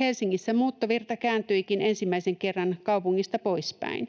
Helsingissä muuttovirta kääntyikin ensimmäisen kerran kaupungista poispäin: